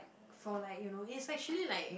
for like you know it's actually like